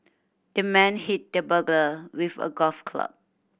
the man hit the burglar with a golf club